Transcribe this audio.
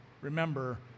remember